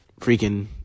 Freaking